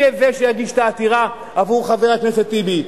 יהיה זה שיגיש את העתירה עבור חבר הכנסת טיבי,